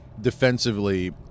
defensively